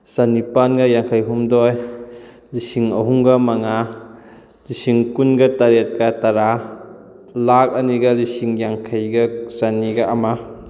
ꯆꯅꯤꯄꯥꯜꯒ ꯌꯥꯡꯈꯩꯍꯨꯝꯗꯣꯏ ꯂꯤꯁꯤꯡ ꯑꯍꯨꯝꯒ ꯃꯉꯥ ꯂꯤꯁꯤꯡ ꯀꯨꯟꯒ ꯇꯔꯦꯠꯀ ꯇꯔꯥ ꯂꯥꯛ ꯑꯅꯤꯒ ꯂꯤꯁꯤꯡ ꯌꯥꯡꯈꯩꯒ ꯆꯅꯤꯒ ꯑꯃ